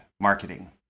marketing